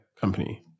company